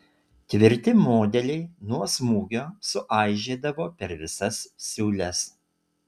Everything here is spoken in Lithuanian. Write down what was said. tvirti modeliai nuo smūgio suaižėdavo per visas siūles